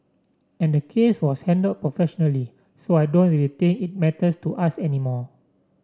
and the case was handled professionally so I don't real think it matters to us anymore